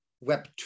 Web